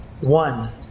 One